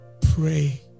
Pray